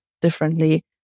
differently